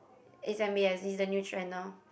is M_B_S is the new trend now